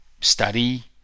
study